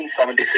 1976